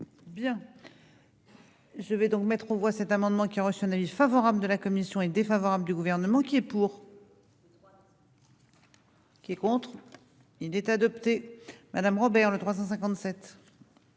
Bien. Je vais donc mettre aux voix cet amendement qui a reçu un avis favorable de la commission est défavorable du gouvernement qui est pour. Le droit. Qui est contre, il est adopté, Madame Robert, le 357.